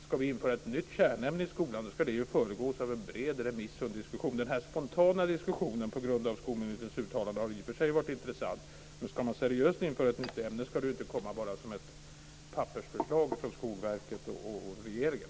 Ska vi införa ett nytt kärnämne i skolan ska det föregås av en bred remiss och en diskussion. Denna spontana diskussion på grund av skolministerns uttalande har i och för sig varit intressant, men ska man seriöst införa ett nytt ämne ska det inte bara komma som ett pappersförslag från Skolverket och regeringen.